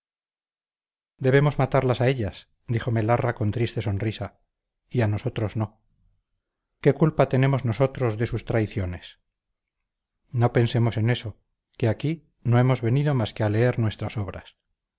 debemos matarlas a ellas díjome larra con triste sonrisa y a nosotros no qué culpa tenemos nosotros de sus traiciones no pensemos en eso que aquí no hemos venido más que a leer nuestras obras